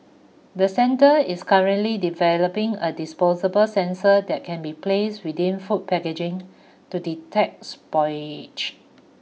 the centre is currently developing a disposable sensor that can be placed within food packaging to detect